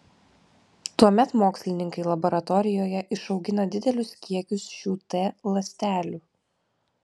tuomet mokslininkai laboratorijoje išaugina didelius kiekius šių t ląstelių